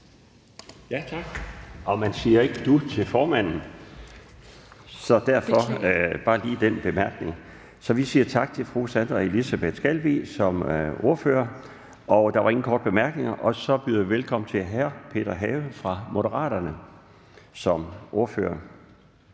Elisabeth Skalvig (LA): Beklager) – så derfor bare lige den bemærkning. Vi siger tak til fru Sandra Elisabeth Skalvig som ordfører. Der var ingen korte bemærkninger, og så byder vi velkommen til hr. Peter Have fra Moderaterne som ordfører.